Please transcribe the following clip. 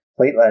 platelet